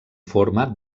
forma